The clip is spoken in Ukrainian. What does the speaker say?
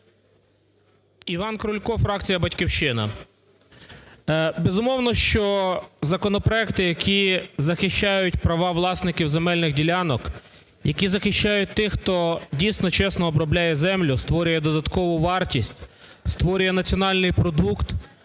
Іван Крулько, фракція "Батьківщина". Безумовно, що законопроекти, які захищають права власників земельних ділянок, які захищають тих, хто дійсно чесно обробляє землю, створює додаткову вартість, створює національний продукт,